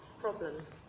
problems